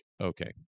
okay